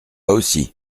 aussi